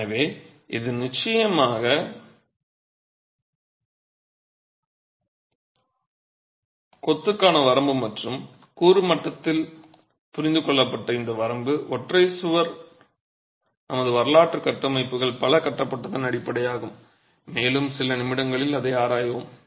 எனவே இது நிச்சயமாக கொத்துக்கான வரம்பு மற்றும் கூறு மட்டத்தில் புரிந்து கொள்ளப்பட்ட இந்த வரம்பு ஒற்றை சுவர் நமது வரலாற்று கட்டமைப்புகள் பல கட்டப்பட்டதன் அடிப்படையாகும் மேலும் சில நிமிடங்களில் அதை ஆராய்வோம்